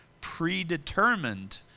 Predetermined